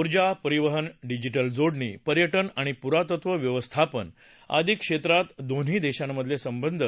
ऊर्जा परिवहन डिजिटल जोडणी पर्यटन आणि पुरातत्त्व व्यवस्थापन आदी क्षेत्रात दोन्ही देशांमधले संबंध